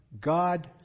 God